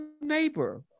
neighbor